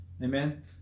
Amen